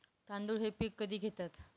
तांदूळ हे पीक कधी घेतात?